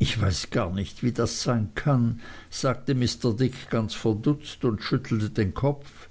ich weiß gar nicht wie das sein kann sagte mr dick ganz verdutzt und schüttelte den kopf